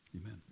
Amen